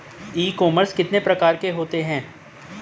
ई commerce के कितने प्रकार होते हैं?